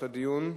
6682,